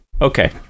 Okay